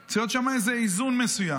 צריך להיות שם איזה איזון מסוים.